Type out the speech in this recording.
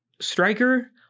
striker